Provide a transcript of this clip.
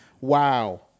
wow